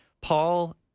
Paul